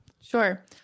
Sure